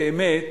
באמת,